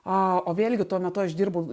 o o vėlgi tuo metu aš dirbau